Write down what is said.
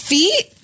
Feet